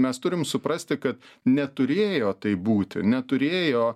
mes turim suprasti kad neturėjo taip būti neturėjo